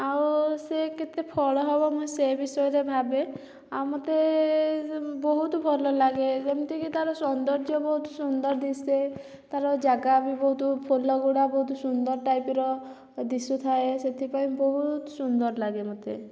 ଆଉ ସିଏ କେତେ ଫଳ ହେବ ମୁଁ ସେ ବିଷୟରେ ଭାବେ ଆଉ ମୋତେ ବହୁତ ଭଲ ଲାଗେ ଯେମିତିକି ତାର ସୌନ୍ଦର୍ଯ୍ୟ ବହୁତ ସୁନ୍ଦର ଦିଶେ ତା ର ଜାଗା ବି ବହୁତ ଫୁଲଗୁଡ଼ା ବହୁତ ସୁନ୍ଦର ଟାଇପର ଦିଶୁଥାଏ ସେଥିପାଇଁ ବହୁତ ସୁନ୍ଦର ଲାଗେ ମୋତେ